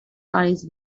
eyes